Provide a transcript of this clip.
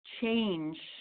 change